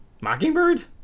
Mockingbird